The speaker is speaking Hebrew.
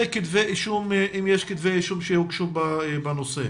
וכתבי אישום, אם יש כתבי אישום שהוגשו בנושא.